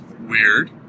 Weird